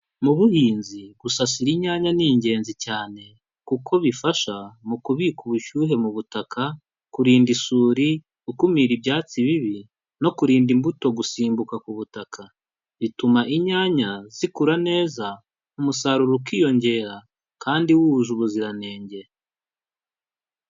Mu buhinzi gusasira inyanya ni ingenzi cyane kuko bifasha mu kubika ubushyuhe mu butaka, kurinda isuri, gukumira ibyatsi bibi no kurinda imbuto gusimbuka ku butaka. Bituma inyanya zikura neza, umusaruro ukiyongera kandi wuje ubuziranenge.